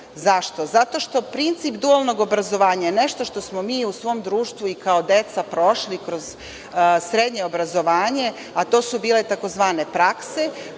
Zašto? Zato što je princip dualnog obrazovanja nešto što smo mi u svom društvu i kao deca prošli kroz srednje obrazovanje, a to su bile tzv. prakse,